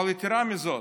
אבל יתרה מזאת,